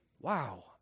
wow